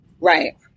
Right